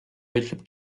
ütleb